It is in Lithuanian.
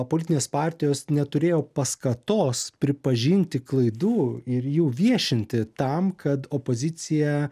politinės partijos neturėjo paskatos pripažinti klaidų ir jų viešinti tam kad opozicija